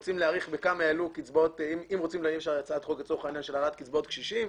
להגיש הצעת חוק של העלאת קצבאות לקשישים,